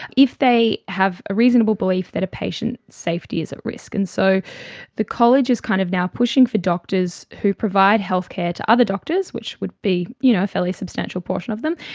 if they have a reasonable belief that a patient's safety is at risk. and so the college is kind of now pushing for doctors who provide health care to other doctors, which would be you know a fairly substantial portion of them,